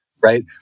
right